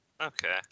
okay